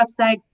website